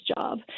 job